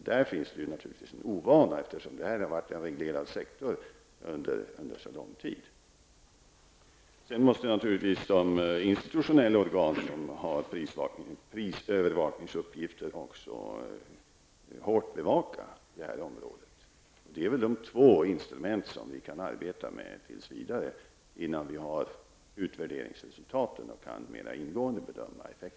Här finns naturligtvis en ovana, eftersom detta har varit en reglerad sektor under så lång tid. Sedan måste naturligtvis de institutionella organ som har prisövervakningsuppgifter hårt bevaka detta område. Detta är de två instrument som vi kan arbeta med tills vidare innan vi får utvärderingsresultaten och mer ingående kan bedöma effekten.